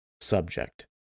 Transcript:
Subject